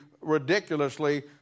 ridiculously